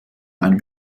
einem